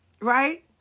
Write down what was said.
right